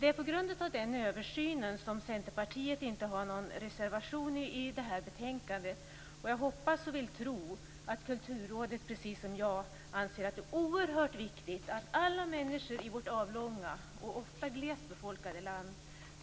Det är på grund av översynen som Centerpartiet inte har någon reservation till det här betänkandet. Jag hoppas och vill tro att Kulturrådet precis som jag anser att det är oerhört viktigt att alla människor i vårt avlånga och ofta glest befolkade land